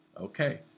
Okay